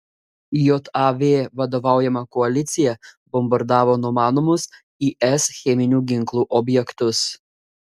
jav vadovaujama koalicija bombardavo numanomus is cheminių ginklų objektus